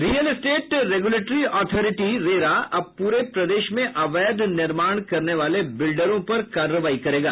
real estate regulatory authority RERA अब पूरे प्रदेश में अवैध निर्माण करने वाले बिल्डरों पर कार्रवाई करेगा